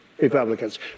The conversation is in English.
Republicans